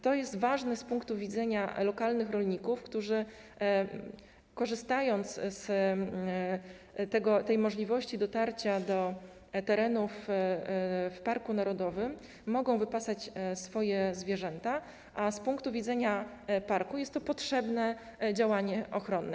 To jest ważne z punktu widzenia lokalnych rolników, którzy korzystając z możliwości dotarcia do terenów w parku narodowym, mogą wypasać swoje zwierzęta, a z punktu widzenia parku jest to potrzebne działanie ochronne.